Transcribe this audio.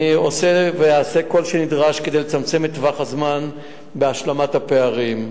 אני עושה ואעשה כל הנדרש כדי לצמצם את טווח הזמן בהשלמת הפערים.